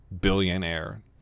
billionaire